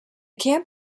camp